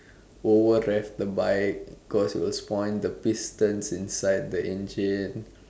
overraft the bike cause it will spoil the pistons inside the engine